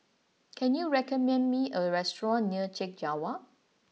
can you recommend me a restaurant near Chek Jawa